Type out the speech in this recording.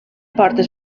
portes